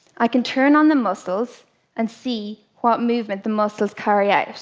i can turn on the muscles and see what movement the muscles carry out.